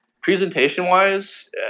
presentation-wise